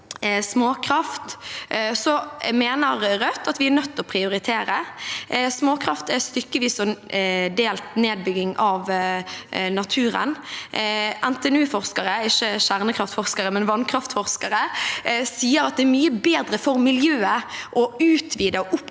småkraft: Rødt mener at vi er nødt til å prioritere. Småkraft er stykkevis og delt nedbygging av naturen. NTNU-forskere – ikke kjernekraftforskere, men vannkraftforskere – sier at det er mye bedre for miljøet å utvide og oppgradere